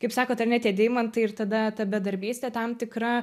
kaip sakot ar ne tie deimantai ir tada ta bedarbystė tam tikra